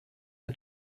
the